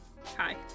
Hi